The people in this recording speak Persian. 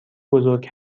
بزرگ